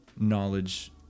knowledge